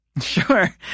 Sure